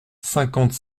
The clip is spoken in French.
cinquante